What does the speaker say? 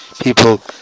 people